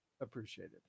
appreciated